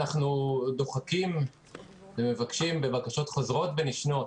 אנחנו דוחקים ומבקשים בבקשות חוזרות ונשנות